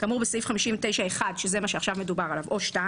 כאמור בסעיף 59(1) על זה מדובר עליו או 59(2)